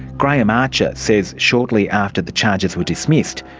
graham archer says shortly after the charges were dismissed,